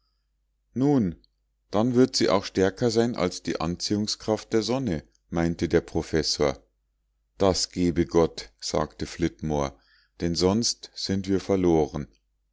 nun dann wird sie auch stärker sein als die anziehungskraft der sonne meinte der professor das gebe gott sagte flitmore denn sonst sind wir verloren